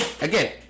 Again